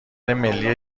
ملی